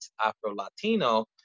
Afro-Latino